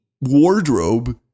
wardrobe